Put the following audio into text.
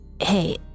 hey